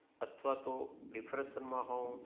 અથવા તો ડિપ્રેશનમાં હોઉં